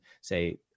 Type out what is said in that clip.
say